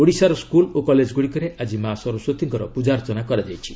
ଓଡ଼ିଶାର ସ୍କୁଲ୍ ଓ କଲେଜଗୁଡ଼ିକରେ ଆଜି ମା' ସରସ୍ପତୀଙ୍କର ପ୍ରଜାର୍ଚ୍ଚନା କରାଯାଇଛି